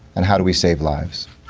and how do we save lives?